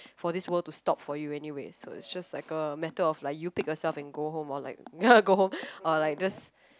for this world to stop for you anyway so it's just like a matter of like you pick yourself and go home or like go home or like just